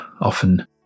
often